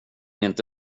inte